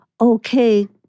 okay